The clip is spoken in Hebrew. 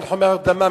אין חומר הרדמה,